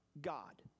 God